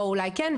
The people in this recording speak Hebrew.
או אולי כן.